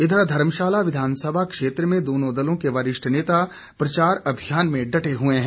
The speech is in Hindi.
इधर धर्मशाला विधानसभा क्षेत्र में दोनों दलों के वरिष्ठ नेता प्रचार में डटे हैं